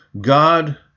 God